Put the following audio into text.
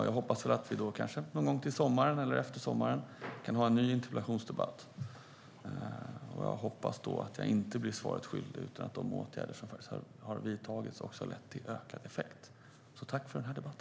Jag hoppas att vi någon gång till sommaren eller efter sommaren kan ha en ny interpellationsdebatt och att jag då inte blir svaret skyldig, utan att de åtgärder som har vidtagits också har lett till ökad effekt.